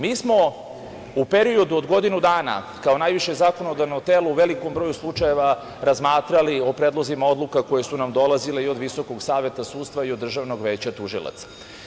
Mi smo u periodu od godinu dana, kao najviše zakonodavno telo u velikom broju slučajeva razmatrali o predlozima odluka koje su nam dolazile i od Visokog saveta sudstva i od Državnog veća tužilaca.